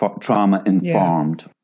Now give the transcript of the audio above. trauma-informed